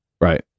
Right